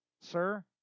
Sir